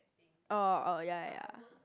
orh orh ya ya ya